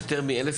יותר מ-1,000